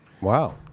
Wow